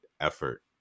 effort